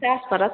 पचास पड़त